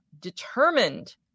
determined